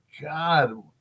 God